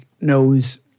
knows